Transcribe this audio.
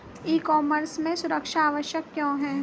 ई commerce में सुरक्षा आवश्यक क्यों है?